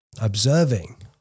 Observing